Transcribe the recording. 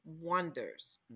wonders